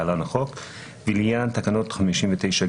אבל כולנו יודעים שסדרי דין זה חשוב,